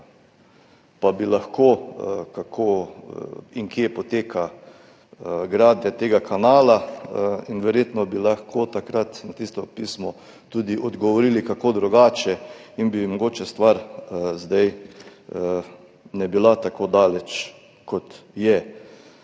pa bi lahko, kako in kje poteka gradnja tega kanala in verjetno bi lahko takrat na tisto pismo tudi odgovorili kako drugače in mogoče stvar zdaj ne bi bila tako daleč, kot je.